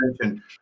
attention